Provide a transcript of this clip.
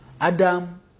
Adam